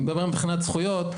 אני מדבר מבחינת זכויות,